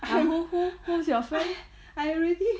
who who who who is your friend